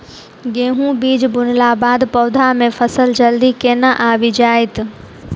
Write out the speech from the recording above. गेंहूँ बीज बुनला बाद पौधा मे फसल जल्दी केना आबि जाइत?